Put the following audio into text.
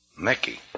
Mickey